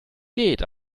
geht